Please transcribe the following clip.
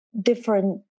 different